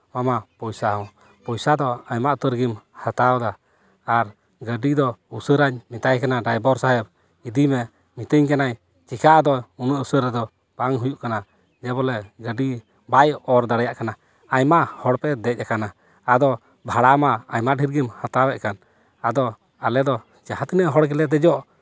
ᱮᱢᱟᱢᱟ ᱯᱚᱭᱥᱟ ᱦᱚᱸ ᱯᱚᱭᱥᱟ ᱫᱚ ᱟᱭᱢᱟ ᱩᱛᱟᱹᱨ ᱜᱮᱢ ᱦᱟᱛᱟᱣᱫᱟ ᱟᱨ ᱜᱟᱹᱰᱤ ᱫᱚ ᱩᱥᱟᱹᱨᱟᱹᱧ ᱢᱮᱛᱟᱭ ᱠᱟᱱᱟ ᱰᱟᱭᱵᱷᱟᱨ ᱥᱟᱦᱮᱵᱽ ᱤᱫᱤ ᱢᱮ ᱢᱮᱛᱤᱧ ᱠᱟᱱᱟᱭ ᱪᱤᱠᱟ ᱟᱫᱚ ᱩᱱᱟᱹᱜ ᱩᱥᱟᱹᱨᱟ ᱫᱚ ᱵᱟᱝ ᱦᱩᱭᱩᱜ ᱠᱟᱱᱟ ᱜᱮ ᱵᱚᱞᱮ ᱜᱟᱹᱰᱤ ᱵᱟᱭ ᱚᱨ ᱫᱟᱲᱮᱭᱟᱜ ᱠᱟᱱᱟ ᱟᱭᱢᱟ ᱦᱚᱲ ᱯᱮ ᱫᱮᱡ ᱠᱟᱱᱟ ᱟᱫᱚ ᱵᱷᱟᱲᱟ ᱢᱟ ᱟᱭᱢᱟ ᱰᱷᱮᱨ ᱜᱮᱢ ᱦᱟᱛᱟᱣᱮᱜ ᱠᱟᱱ ᱟᱫᱚ ᱟᱞᱮ ᱫᱚ ᱡᱟᱦᱟᱸ ᱛᱤᱱᱟᱹᱜ ᱦᱚᱲ ᱜᱮᱞᱮ ᱫᱮᱡᱚᱜ